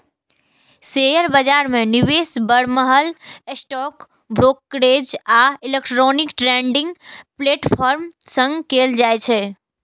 share बाजार मे निवेश बरमहल स्टॉक ब्रोकरेज आ इलेक्ट्रॉनिक ट्रेडिंग प्लेटफॉर्म सं कैल जाइ छै